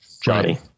Johnny